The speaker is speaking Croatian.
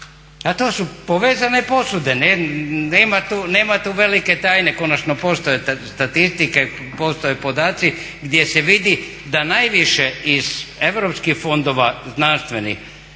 To su povezane posude, nema tu velike tajne. Konačno postoje statistike, postoje podaci gdje se vidi da najviše iz europskih fondova znanstveni